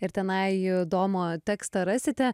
ir tenai domo tekstą rasite